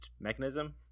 mechanism